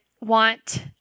want